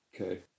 Okay